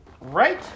Right